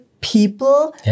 people